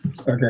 Okay